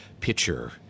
pitcher